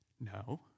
No